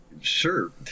Sure